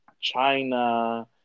China